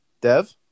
dev